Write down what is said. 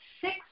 six